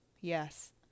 yes